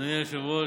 אדוני היושב-ראש,